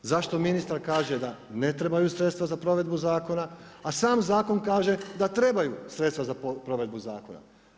Zašto ministar kaže da ne trebaju sredstva za provedbu zakona, a sam zakon kaže da trebaju sredstva za provedbu zakona.